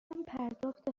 پرداخت